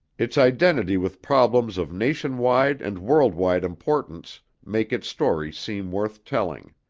its identity with problems of nation-wide and world-wide importance make its story seem worth telling.